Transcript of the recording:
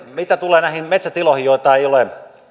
mitä tulee näihin metsätiloihin joita ei ole